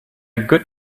good